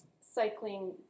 cycling